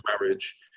marriage